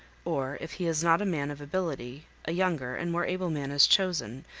or if he is not a man of ability a younger and more able man is chosen,